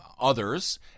others